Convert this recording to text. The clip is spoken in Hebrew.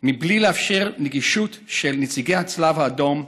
מבלי לאפשר גישה של נציגי הצלב האדום,